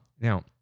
now